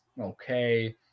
Okay